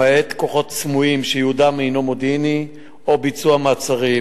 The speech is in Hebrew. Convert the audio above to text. למעט כוחות סמויים שייעודם מודיעיני או ביצוע מעצרים.